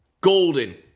golden